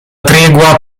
tregua